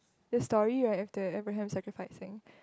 the story right of the Abraham sacrificing